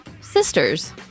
Sisters